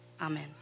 Amen